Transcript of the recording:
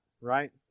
right